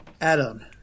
Adam